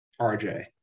RJ